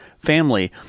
Family